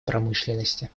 промышленности